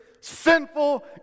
sinful